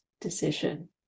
decision